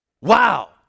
wow